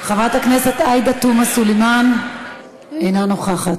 חברת הכנסת עאידה תומא סלימאן, אינה נוכחת.